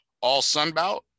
All-Sunbelt